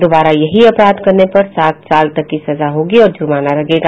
दोबारा यही अपराध करने पर सात साल तक की सजा होगी और जुर्माना लगेगा